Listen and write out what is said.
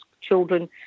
children